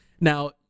Now